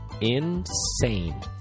insane